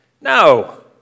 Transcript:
No